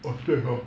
orh 对 hor